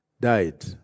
died